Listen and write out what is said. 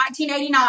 1989